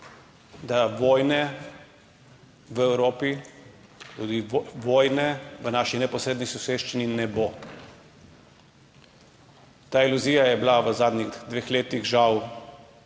da vojne v Evropi, tudi vojne v naši neposredni soseščini, ne bo. Ta iluzija je bila v zadnjih dveh letih žal